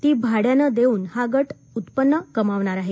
ती भाड्यानं देऊन हा गट उत्पन्न कमावणार आहे